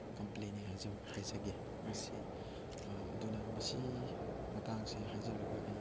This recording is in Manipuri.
ꯍꯥꯏꯖꯒꯦ ꯃꯁꯤ ꯑꯗꯨꯅ ꯃꯁꯤ ꯃꯇꯥꯡꯁꯦ ꯍꯥꯏꯖꯔꯒ ꯑꯩ